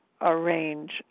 arrange